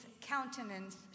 countenance